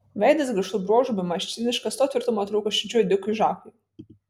veidas griežtų bruožų bemaž ciniškas to tvirtumo trūko širdžių ėdikui žakui